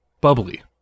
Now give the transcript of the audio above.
bubbly